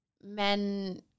men